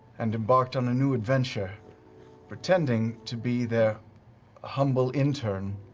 and embarked on a new adventure pretending to be their humble intern,